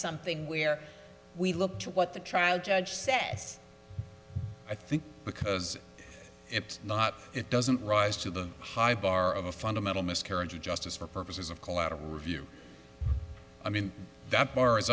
something where we looked at what the trial judge said i think because it's not it doesn't rise to the high bar of a fundamental miscarriage of justice for purposes of collateral review i mean that bar is